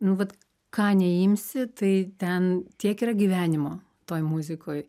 nu vat ką neimsi tai ten tiek yra gyvenimo toj muzikoj